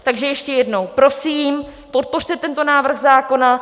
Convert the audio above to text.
Takže ještě jednou, prosím, podpořte tento návrh zákona.